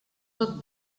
pot